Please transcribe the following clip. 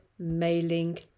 mailing